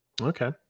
okay